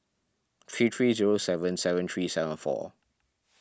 three three zero seven seven three seven four